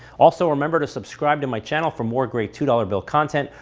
also remember to subscribe to my channel for more great two dollars bill content,